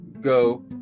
go